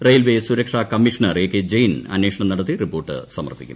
railway സുരക്ഷാ commissioner A K Jain അന്വേഷണം നടത്തി റിപ്പോർട്ട് സമർപ്പിക്കും